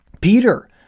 Peter